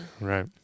Right